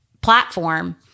platform